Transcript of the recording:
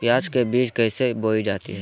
प्याज के बीज कैसे बोई जाती हैं?